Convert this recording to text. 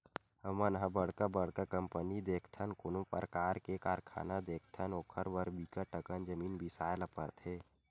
हमन ह बड़का बड़का कंपनी देखथन, कोनो परकार के कारखाना देखथन ओखर बर बिकट अकन जमीन बिसाए ल परथे